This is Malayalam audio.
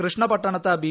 കൃഷ്ണപട്ടണത്ത് ബി